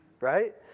right